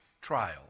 trial